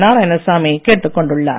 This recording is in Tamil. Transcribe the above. நாராயணசாமி கேட்டுக்கொண்டுள்ளார்